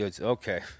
okay